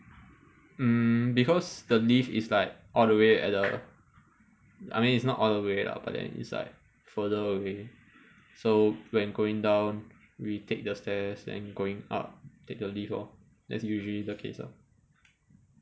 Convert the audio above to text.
mm because the lift is like all the way at the I mean it's not all the way lah but then it's like further away so when going down we take the stairs then going up take the lift lor that's usually the case ah